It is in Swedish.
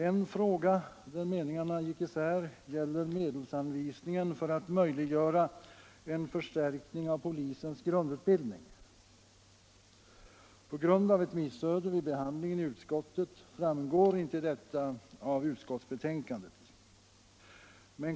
En fråga där meningarna gick isär gäller medelsanvisningen för att möjliggöra en förstärkning av polisens grundutbildning. På grund av ett missöde vid behandlingen i utskottet framgår inte detta av utskottsbetänkandet.